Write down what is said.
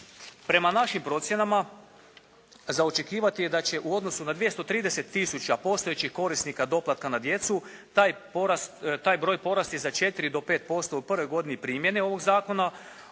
Prema našim procjenama za očekivati je da će u odnosu na 230 000 postojećih korisnika doplatka na djecu taj broj porasti za 4 do 5% u prvoj godini primjene ovog zakona